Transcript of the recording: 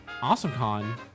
AwesomeCon